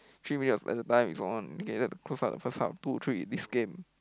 three minutes of at time is on they needed to close up first half two three this game